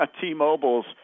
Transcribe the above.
T-Mobile's